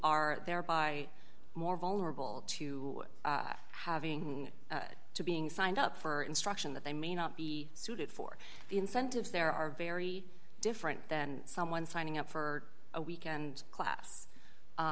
are there by more vulnerable to having to being signed up for instruction that they may not be suited for the incentives there are very different than someone signing up for a weekend class